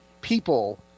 people